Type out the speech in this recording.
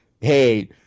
hey